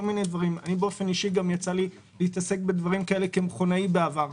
ובאופן אישי יצא לי גם להתעסק בדברים כאלה כמכונאי בעבר,